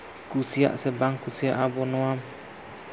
ᱠᱩᱥᱤᱭᱟᱜ ᱥᱮ ᱵᱟᱝ ᱠᱩᱥᱤᱭᱟᱜ ᱟᱵᱚ ᱱᱚᱣᱟ